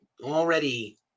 Already